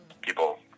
people